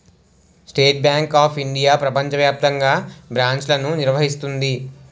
state bank of India ప్రపంచ వ్యాప్తంగా బ్రాంచ్లను నిర్వహిస్తుంది